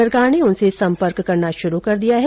सरकार ने उनसे संपर्क करना श्रूर कर दिया है